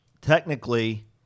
technically –